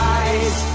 eyes